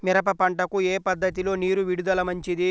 మిరప పంటకు ఏ పద్ధతిలో నీరు విడుదల మంచిది?